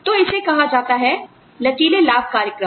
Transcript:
तो इसे कहा जाता है लचीले लाभकार्यक्रम